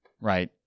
right